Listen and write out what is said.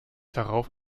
darauf